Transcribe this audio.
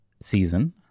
season